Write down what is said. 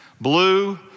Blue